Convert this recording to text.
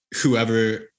whoever